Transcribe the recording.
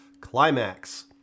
Climax